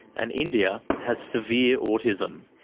and india has severe autism.